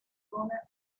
zona